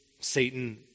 Satan